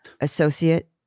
associate